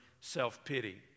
self-pity